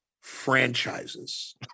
franchises